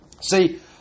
See